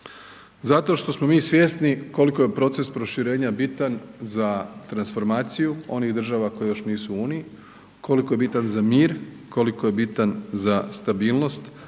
Zato što smo mi svjesni koliko je proces proširenja bitan za transformaciju onih država koje još nisu u Uniji, koliko je bitan za mir, koliko je bitan za stabilnost,